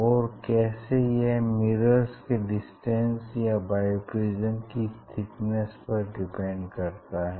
और कैसे यह मिरर्स के डिस्टेंस या बाइप्रिज्म की थिकनेस पर डिपेंड करता है